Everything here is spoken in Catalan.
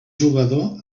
jugador